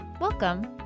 Welcome